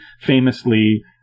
famously